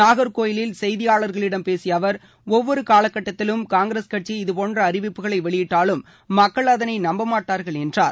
நாக்கோயிலில் செய்தியாளர்களிடம் பேசிய அவர் ஒவ்வொரு காலக்கட்டத்திலும் காங்கிரஸ் கட்சி இதபோன்ற அறிவிப்புகளை வெளியிட்டாலும் மக்கள் அதனை நம்பமாட்டார்கள் என்றார்